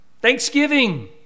Thanksgiving